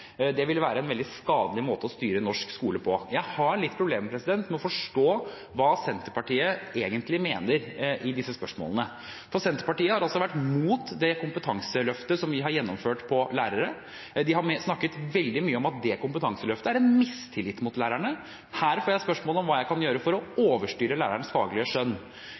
Det ville være en veldig skadelig måte å styre norsk skole på. Jeg har litt problemer med å forstå hva Senterpartiet egentlig mener i disse spørsmålene, for de har altså vært imot det kompetanseløftet som vi har gjennomført for lærere. De har snakket veldig mye om at det kompetanseløftet er en mistillit mot lærerne. Her får jeg spørsmål om hva jeg kan gjøre for å overstyre lærernes faglige skjønn.